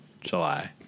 July